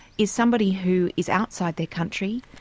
is somebody who is outside their country,